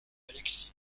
alexis